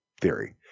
theory